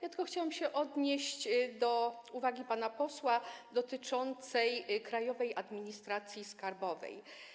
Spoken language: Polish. Ja tylko chciałabym się odnieść do uwagi pana posła dotyczącej Krajowej Administracji Skarbowej.